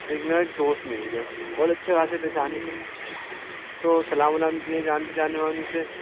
دیکھنا ایک دوست مل گیا بہت اچھے خاصے پہچانے تھے تو سلام ولام کیے جان پہچان ہوا ان سے